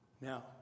Now